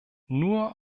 nur